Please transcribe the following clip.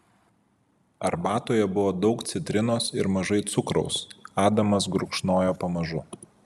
arbatoje buvo daug citrinos ir mažai cukraus adamas gurkšnojo pamažu